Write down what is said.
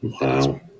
Wow